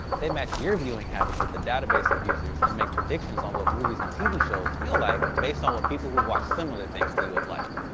they match your viewing habits with a database of users and make predictions on what movies and tv shows you'll like based on what people who've watched similar things to you have liked.